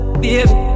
baby